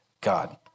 God